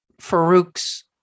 Farouk's